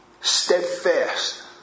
steadfast